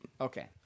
Okay